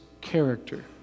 character